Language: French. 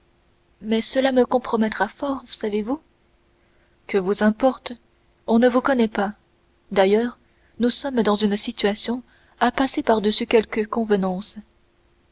mais cela me compromettra très fort savez-vous que vous importe on ne vous connaît pas d'ailleurs nous sommes dans une situation à passer par-dessus quelques convenances